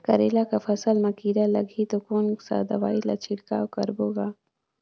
करेला कर फसल मा कीरा लगही ता कौन सा दवाई ला छिड़काव करबो गा?